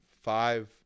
five